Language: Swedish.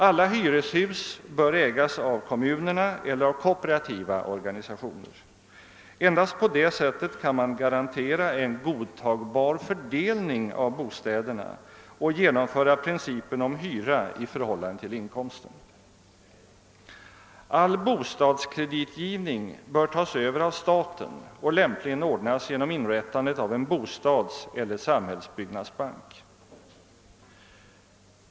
Alla hyreshus bör ägas av kommunen eller av kooperativa organisationer. Endast på det sättet kan man garantera en godtagbar fördelning av bostäderna och genomföra principen om hyra i förhållande till inkomsten. 3. All kreditgivning tas över av staten och ordnas lämpligen genom inrättandet av en bostadseller samhällsbyggnadsbank. 4.